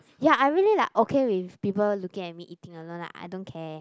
ya I really like okay with people looking at me eating alone like I don't care